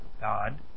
God